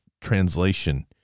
translation